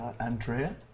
Andrea